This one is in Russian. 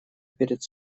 перед